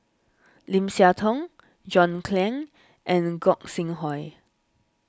Lim Siah Tong John Clang and Gog Sing Hooi